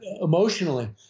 emotionally